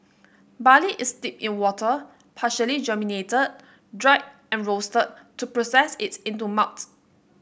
Barley is steeped in water partially germinated dried and roasted to process it into malt